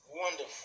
wonderful